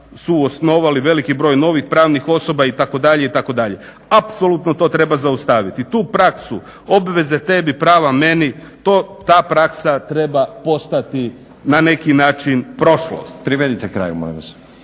su osnovali veliki broj novih pravnih osoba itd. Apsolutno to treba zaustaviti, tu praksu obveze tebi prava mene, ta praksa treba postati na neki način prošlost. …/Upadica Stazić: